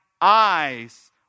eyes